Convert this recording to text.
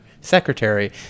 secretary